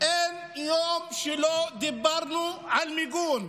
אין יום שלא דיברנו על מיגון.